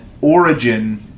origin